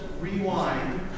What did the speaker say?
rewind